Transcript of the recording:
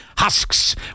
Husks